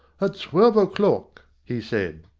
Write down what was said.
at twelve o'clock, he said.